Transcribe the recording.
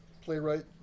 playwright